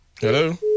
hello